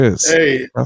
hey